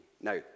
Now